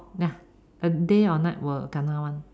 mm oh ya uh day or night will kena one